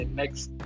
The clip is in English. next